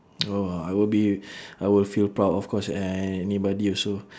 !wah! I will be I will feel proud of course anybody also